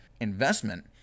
investment